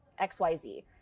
XYZ